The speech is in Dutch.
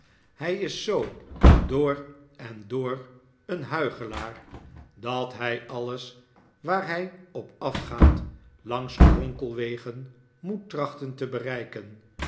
hij is zoo door en door een huichelaar dat hij alles waar hij op afgaat langs kronkelwegen moet trachten te bereiken